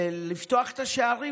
לפתוח את השערים